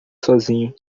sozinho